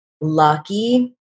lucky